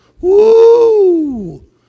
Woo